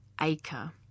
acre